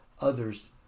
others